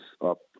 up